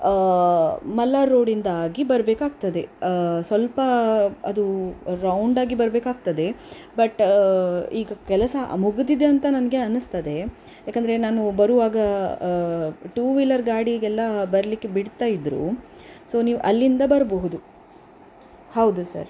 ಮಲ್ಲಾರ್ ರೋಡಿಂದಾಗಿ ಬರ್ಬೇಕಾಗ್ತದೆ ಸ್ವಲ್ಪ ಅದು ರೌಂಡಾಗಿ ಬರಬೇಕಾಗ್ತದೆ ಬಟ್ ಈಗ ಕೆಲಸ ಮುಗಿದಿದೆ ಅಂತ ನನಗೆ ಅನ್ನಿಸ್ತದೆ ಯಾಕೆಂದರೆ ನಾನು ಬರುವಾಗ ಟೂ ವೀಲರ್ ಗಾಡಿಗೆಲ್ಲ ಬರಲಿಕ್ಕೆ ಬಿಡ್ತಾಯಿದ್ದರು ಸೊ ನೀವು ಅಲ್ಲಿಂದ ಬರಬಹುದು ಹೌದು ಸರ್